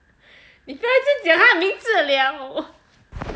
你不要一直讲他的名字 liao